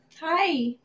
Hi